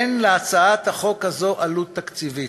אין להצעת החוק הזאת עלות תקציבית,